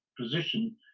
position